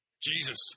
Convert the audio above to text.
Jesus